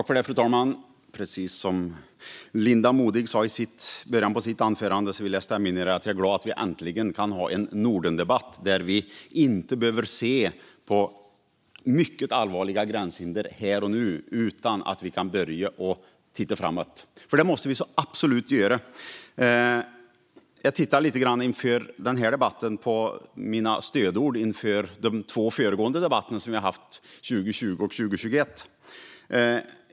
Fru talman! Jag instämmer i det som Linda Modig sa i början av sitt anförande - jag är glad att vi äntligen kan ha en Nordendebatt där vi inte behöver se på mycket allvarliga gränshinder här och nu utan kan börja titta framåt, vilket vi absolut måste göra. Jag tittade lite grann inför den här debatten på mina stödord inför de två föregående debatterna, som vi hade 2020 och 2021.